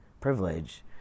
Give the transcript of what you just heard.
privilege